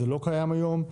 זה לא קיים היום,